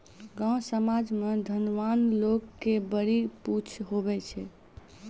गाँव समाज मे धनवान लोग के बड़ी पुछ हुवै छै